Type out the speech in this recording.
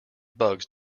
bugs